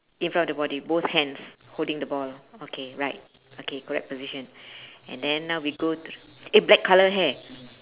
in front of the body both hands holding the ball okay right okay correct position and then now we go to eh black colour hair